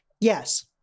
Yes